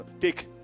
take